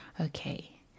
Okay